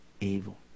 evil